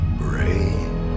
brave